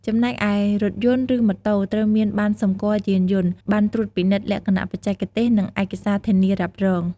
ចំណែកឯ រថយន្ត ឬម៉ូតូ ត្រូវមានបណ្ណសម្គាល់យានយន្ត បណ្ណត្រួតពិនិត្យលក្ខណៈបច្ចេកទេស និងឯកសារធានារ៉ាប់រង។